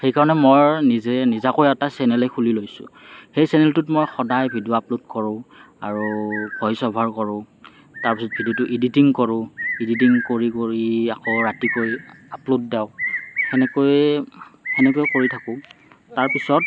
সেইকাৰণে মই নিজা নিজাকৈ এটা চেনেলেই খুলি লৈছোঁ সেই চেনেলটোত মই সদায় ভিডিঅ' আপলোড কৰোঁ আৰু ভইচ অভাৰ কৰোঁ তাৰ পিছত ভিডিঅটো ইডিটিং কৰোঁ ইডিটিং কৰি কৰি আকৌ ৰাতিকৈ আপলোড দিওঁ হেনেকৈ হেনেকৈ কৰি থাকোঁ তাৰপাছত